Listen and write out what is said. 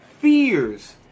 fears